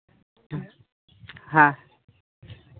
ᱦᱮᱸ